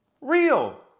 Real